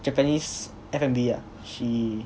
japanese F&B ah she